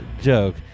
joke